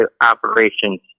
operations